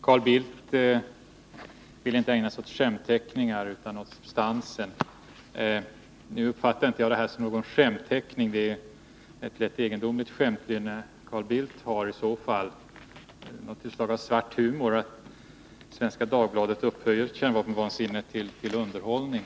Herr talman! Carl Bildt ville inte ägna sig åt skämtteckningar utan hellre åt substansen i det hela. Nu uppfattar jag inte det här som någon skämtteckning. I så fall är det ett rätt egendomligt sätt att skämta på, Carl Bildt! Det är ett slags svart humor att Svenska Dagbladet upphöjer kärnvapenvansinnet till att vara underhållning.